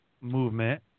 movement